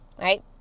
right